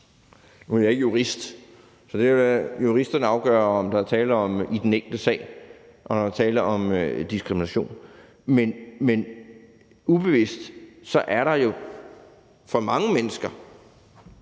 Nu er jeg ikke jurist, så jeg vil lade juristerne afgøre, hvad der er tale om i den enkelte sag, og om der er tale om diskrimination. Men ubevidst er der jo for mange mennesker.